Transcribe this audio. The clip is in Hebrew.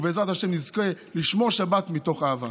ובעזרת השם נזכה לשמור שבת מתוך אהבה.